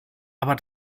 aber